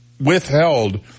withheld